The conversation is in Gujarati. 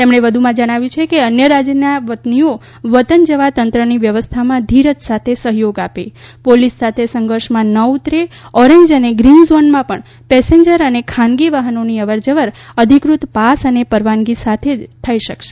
તેમણે વધુમાં જણાવ્યું છે કે અન્ય રાજયના વતનીઓ વતન જવા તંત્રની વ્યવસ્થામાં ધીરજ સાથે સહયોગ આપે પોલીસ સાથે સંઘર્ષમાં ના ઉતરે ઓરેન્જ અને ગ્રીન ઝોનમાં પણ પેસેન્જર અને ખાનગી વાહનોની અવર જવર અધિકૃત પાસ પરવાનગી સાથે જ થઇ શકશે